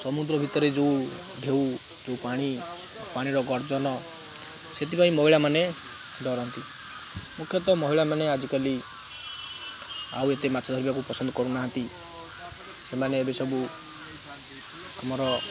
ସମୁଦ୍ର ଭିତରେ ଯେଉଁ ଢେଉ ଯେଉଁ ପାଣି ପାଣିର ଗର୍ଜନ ସେଥିପାଇଁ ମହିଳାମାନେ ଡରନ୍ତି ମୁଖ୍ୟତଃ ମହିଳାମାନେ ଆଜିକାଲି ଆଉ ଏତେ ମାଛ ଧରିବାକୁ ପସନ୍ଦ କରୁନାହାଁନ୍ତି ସେମାନେ ଏବେ ସବୁ ଆମର